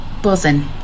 Buzzing